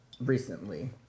Recently